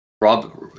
Rob